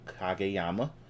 Kageyama